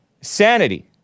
sanity